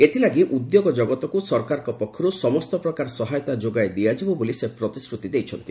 ଏଥିଲାଗି ଉଦ୍ୟୋଗ ଜଗତକୁ ସରକାରଙ୍କ ପକ୍ଷରୁ ସମସ୍ତ ପ୍ରକାର ସହାୟତା ଯୋଗାଇ ଦିଆଯିବ ବୋଲି ସେ ପ୍ରତିଶ୍ରୁତି ଦେଇଛନ୍ତି